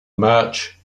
match